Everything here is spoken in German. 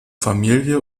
familie